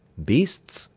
beasts,